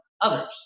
others